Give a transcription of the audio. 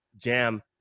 jam